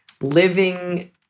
living